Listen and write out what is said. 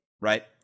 Right